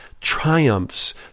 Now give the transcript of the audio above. triumphs